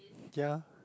ya